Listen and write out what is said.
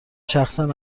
شخصا